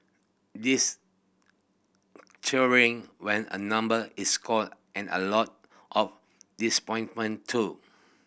this cheering when a number is called and a lot of disappointment too